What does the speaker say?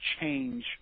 change